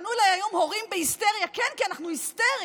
פנו אליי הורים בהיסטריה, כן, כי אנחנו היסטריים.